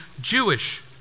Jewish